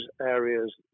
areas